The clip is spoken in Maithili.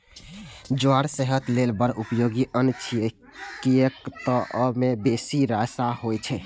ज्वार सेहत लेल बड़ उपयोगी अन्न छियै, कियैक तं अय मे बेसी रेशा होइ छै